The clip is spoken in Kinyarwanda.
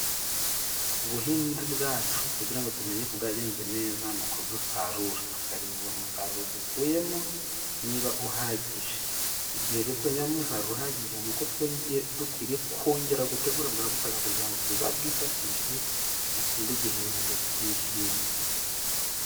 Ubuhinzi bwacu kugira ngo tumenye ko bwagenze neza, ni uko dusarura tukareba umusaruro dukuyemo niba uhagije. Igihe rero tubonyemo umusaruro uhagije, ni uko dukwiye kongera gutegura bwa butaka, kugira ngo tuzabwifashishe mu kindi gihembwe cy'ihinga.